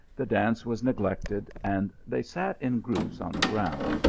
the dance was neglected, and they sat in groups on the ground,